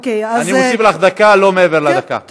אני מוסיף לך דקה, לא מעבר לדקה.